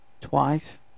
twice